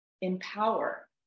empower